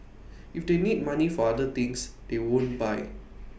if they need money for other things they won't buy